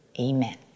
Amen